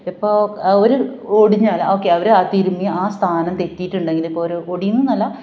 ഇപ്പോൾ ഒരു ഒടിഞ്ഞാൽ ഒക്കെ അവർ തിരുമ്മി ആ സ്ഥാനം തെറ്റിയിട്ടുണ്ടെങ്കിൽ ഇപ്പോരോ ഒടിവെന്നല്ല